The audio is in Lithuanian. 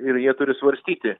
ir jie turi svarstyti